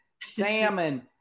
salmon